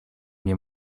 nie